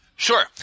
Sure